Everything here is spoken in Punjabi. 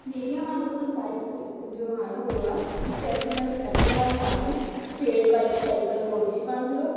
ਮੇਰੀਆਂ ਮਨਪਸੰਦ ਬਾਈਕਸ ਜੋ ਹਨ ਉਹ ਆ Trek Domane S L R nine State bicycle four three one zero